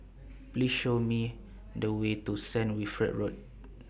Please Show Me The Way to Saint Wilfred Road